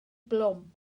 blwm